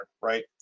right